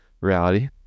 reality